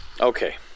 Okay